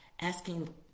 asking